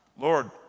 Lord